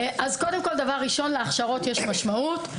דבר ראשון להכשרות יש משמעות.